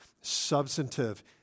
substantive